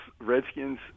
Redskins